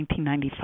1995